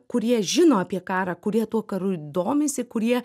kurie žino apie karą kurie tuo karu domisi kurie